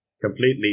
completely